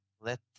Let